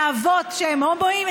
לאבות שהם הומואים,